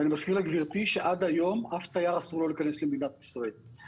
ואני מזכיר לגברתי שעד היום לאף תייר אסור לו להיכנס למדינת ישראל.